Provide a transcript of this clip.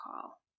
call